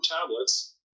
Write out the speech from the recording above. tablets